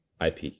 IP